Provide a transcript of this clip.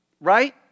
right